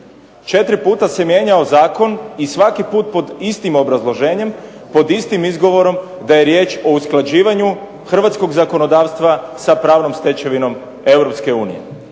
puta. 4 puta se mijenjao zakon i svaki put pod istim obrazloženjem, pod istim izgovorom da je riječ o usklađivanju hrvatskog zakonodavstva sa pravnom stečevinom EU.